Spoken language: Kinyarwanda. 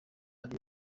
rayon